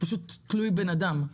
זה פשוט תלוי בן אדם.